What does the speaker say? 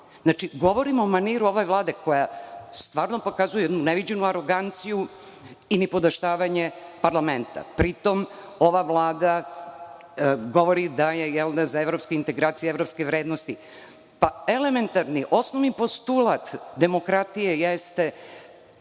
Znači, govorim o maniru ove vlade koja stvarno pokazuje jednu neviđenu aroganciju i nipodaštavanje parlamenta. Pri tome, ova vlada govori da je za evropske integracije i evropske vrednosti. Pa, elementarni, osnovni postulat demokratije jeste